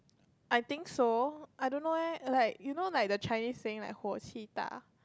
I think so I don't know leh like you know like the Chinese saying like huo qi da